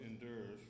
endures